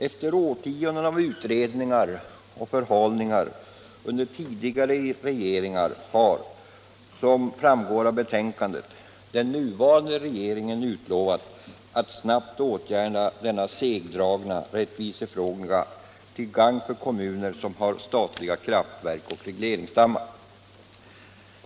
Efter årtionden av utredningar och förhalningar under tidigare regeringar har, som framgår av betänkandet, den nuvarande regeringen utlovat att snabbt åtgärda denna segdragna rättvisefråga till gagn för kommuner som har statliga kraftverk och regleringsdammar.